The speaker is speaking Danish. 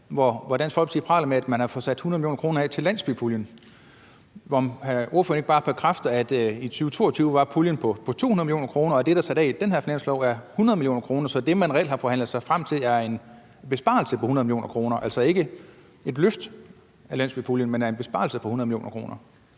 at Dansk Folkeparti har fået sat 100 mio. kr. af til landsbypuljen. Kan ordføreren ikke bare bekræfte, at i 2022 var puljen på 200 mio. kr., og at det, der er sat af i det her finanslovsforslag, er 100 mio. kr., så det, man reelt har forhandlet sig frem til, er en besparelse på 100 mio. kr. og altså ikke et løft af landsbypuljen? Kl. 13:32 Fjerde næstformand